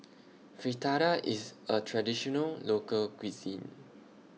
Fritada IS A Traditional Local Cuisine